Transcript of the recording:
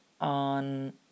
on